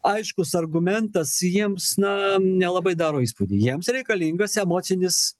aiškus argumentas jiems na nelabai daro įspūdį jiems reikalingas emocinis